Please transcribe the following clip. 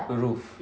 roof